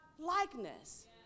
likeness